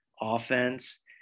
offense